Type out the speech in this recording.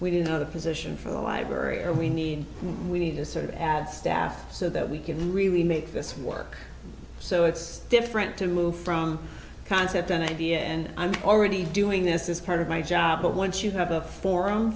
do know the position for the library or we need we need to sort of add staff so that we can really make this work so it's different to move from concept an idea and i'm already doing this is kind of my job but once you have a forum